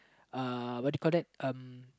uh what do you call that uh